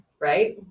right